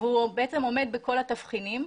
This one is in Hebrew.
והוא עומד בכל התבחינים,